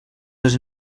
les